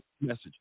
message